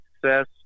success